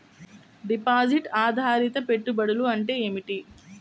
Deposit ఆధారిత పెట్టుబడులు అంటే ఏమిటి?